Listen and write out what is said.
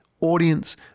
audience